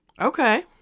Okay